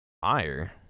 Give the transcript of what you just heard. Fire